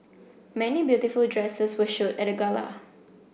many beautiful dresses were show at the gala